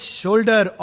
shoulder